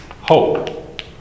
Hope